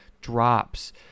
drops